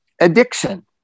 addiction